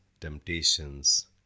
temptations